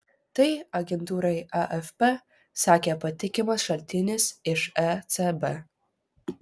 tai agentūrai afp sakė patikimas šaltinis iš ecb